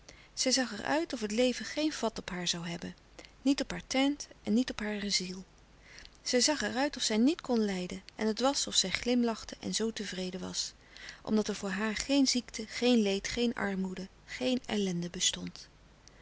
zij zag er uit of het leven geen vat op haar zoû hebben niet op haar teint en niet op hare ziel zij zag er uit of zij niet kon lijden en het was of zij glimlachte en zoo tevreden was omdat er voor haar geen ziekte geen leed geen armoede geen ellende bestond